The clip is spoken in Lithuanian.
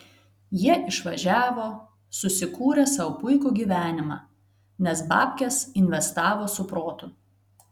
jie išvažiavo susikūrė sau puikų gyvenimą nes babkes investavo su protu